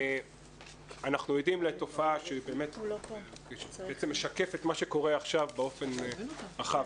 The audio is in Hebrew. אנחנו עדים לתופעה שמשקפת את מה שקורה עכשיו באופן רחב,